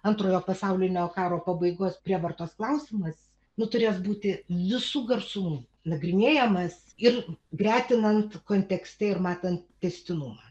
antrojo pasaulinio karo pabaigos prievartos klausimas nu turės būti visu garsumu nagrinėjamas ir gretinant kontekste ir matant tęstinumą